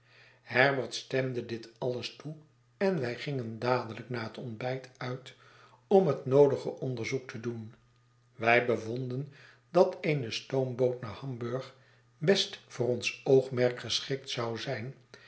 herbert stemde dit alles toe en wij gingen dadelijk na het ontbijt uit om het noodige onderzoek te doen wij bevonden dat eene stoomboot naar hamburg best voor ons oogmerk geschikt zou zijn